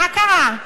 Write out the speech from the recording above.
מה קרה?